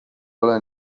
ole